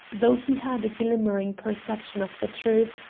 though he had a glimmering perception of the truth,